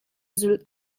zulh